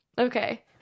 Okay